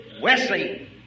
Wesley